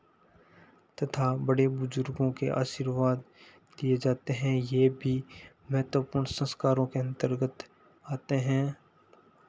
तथा बड़े बुजुर्गों के आशीर्वाद किए जाते हैं ये भी महत्वपूर्ण संस्कारों के अन्तर्गत आते हैं